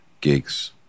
gigs